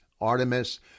Artemis